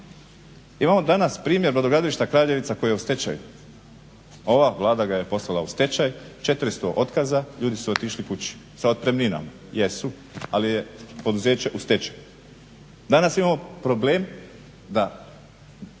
Imamo danas primjer brodogradilišta Kraljevica koji je u stečaju. Ova Vlada ga je poslala u stečaj, 400 otkaza, ljudi su otišli kući, sa otpremninama, jesu, ali je poduzeće u stečaju. Danas imamo problem da